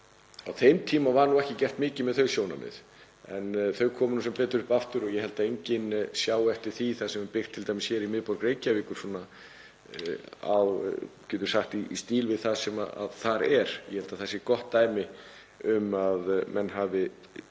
á þeim tíma var nú ekki gert mikið með þau sjónarmið. En þau komu sem betur fer upp aftur og ég held að enginn sjái eftir því þar sem byggt hefur verið t.d. hér í miðborg Reykjavíkur í, getum við sagt, stíl við það sem fyrir er. Ég held að það sé gott dæmi um að menn hafi stigið